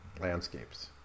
landscapes